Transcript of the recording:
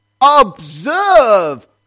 observe